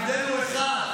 אני אתנהג יפה.